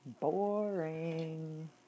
Boring